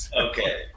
Okay